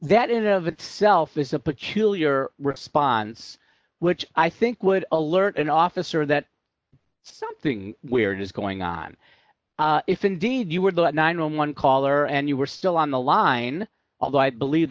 that it of itself is a peculiar response which i think would alert an officer that something weird is going on if indeed you were nine on one caller and you were still on the line although i believe